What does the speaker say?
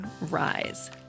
rise